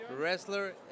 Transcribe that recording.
wrestler